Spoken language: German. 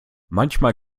manchmal